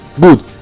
good